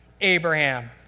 Abraham